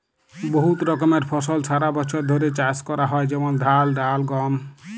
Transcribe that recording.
বহুত রকমের ফসল সারা বছর ধ্যরে চাষ ক্যরা হয় যেমল ধাল, ডাল, গম